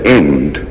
end